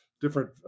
different